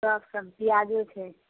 सभ सब पियाजो छै